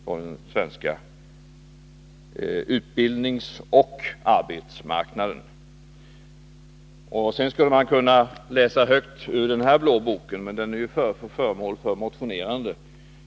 Sedan skulle jag kunna läsa högt ur den blå bok som jag håller i min hand, dvs. den reviderade finansplanen, men den är ju föremål för motionerande.